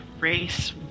race